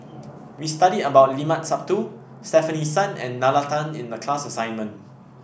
we studied about Limat Sabtu Stefanie Sun and Nalla Tan in the class assignment